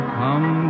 come